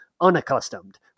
unaccustomed